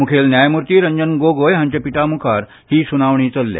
मूखेल न्यायमूर्ती रंजन गोगोय हांच्या पिठा मूखार ही सूनावणी चल्ल्या